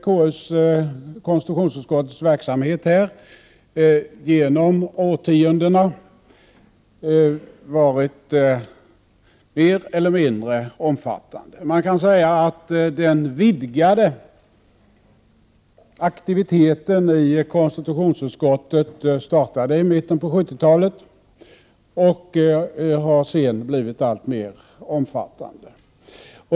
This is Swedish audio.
Konstitutionsutskottets verksamhet har genom årtiondena varit mer eller mindre omfattande. Man kan säga att den utvidgade aktiviteten i konstitutionsutskottet startade i mitten av 70-talet, och sedan har verksamheten blivit alltmer omfattande.